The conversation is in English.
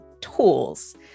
tools